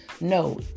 No